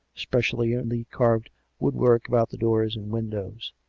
especially in the carved woodwork about the doors and windows.